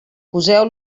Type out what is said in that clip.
poseu